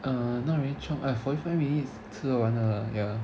uh not really chiong uh forty five minutes 吃完了 lah ya